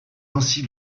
ainsi